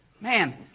Man